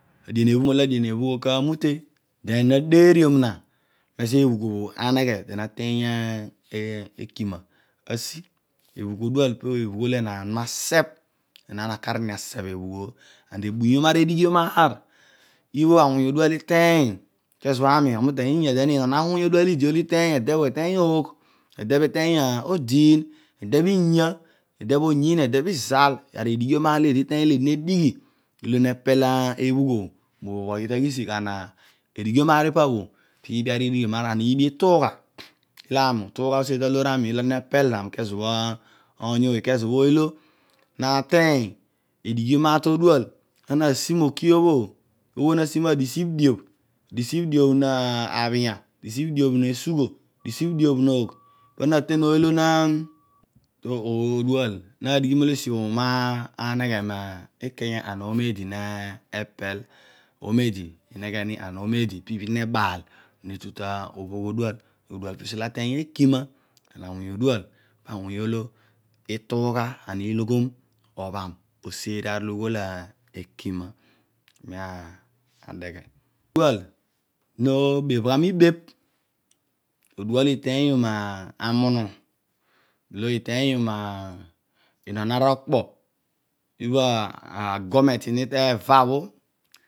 Adian ebhugh, lo adian ebhugh obho kamute, den ina deriom na mezi ebhugh osho aneghe den a teny ekima osi ebhugh odual pe'bhugh olo enaan nase bh, enaan na akar ni asabh ebhagh obho nd elaungom gar ibho awun ediomaar odual iteny ke ezo bha mi, ami uteny inya den in on awuny odual lidiy liteny ede bho i teny ough ede, bho iteng odin, ede bho inya, ede bho. oyin, ede bho izal ari- diomaar eed, iting olo ecdi nedighi ilo mapel ebhugh obho mo bhobb ọghi ta sighisigh nd a ediomaar pa bho piibi aridiomaar nd ari- libi, ituugha ilo am, utdugha user to loor ami ilo nepel zam, leezo bho oony oby laczobho ooy olo nateny edionicar to odual anuna asi moki obho bho, bho nasi disibh, diobh na unitelligeable digibh diobh bhenya, sugho, disibh disibh diobh ne disibh diobh noogh pa una naten goy olo na to'dual na dighi molo esi obho kaneghe and ongeed nepel, mikanya and omeedi inegheni and omeede pibhin ebaal he tu to ebhugh odual, odual peesi olo akny okimia olo awung odval pa awuny itungha and olo it iloghom moibham ọseri aor olo ughol ek ma posibi adeoghro dunl no behh ghe mi behh, odini ikony io, mobounu ikeruy olo mikinon oranokpo ibka ogodameti nevo bhon.